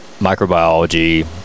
microbiology